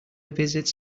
visits